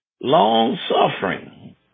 Long-suffering